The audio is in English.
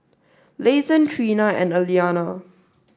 Leighton Trina and Aliana